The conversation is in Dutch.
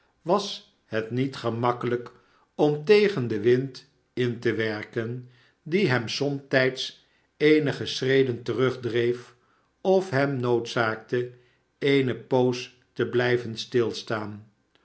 was het niet gemakkelijk om tegen den wind in te werken die hem somtijds eenige schreden terugdreef of hem noodzaakte eene poos te blijven stilstaan